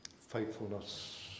faithfulness